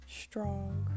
strong